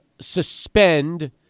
suspend